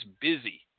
busy